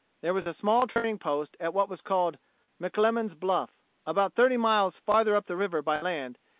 there was a small trading-post at what was called mclemone's bluff about thirty miles farther up the river by land,